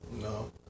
No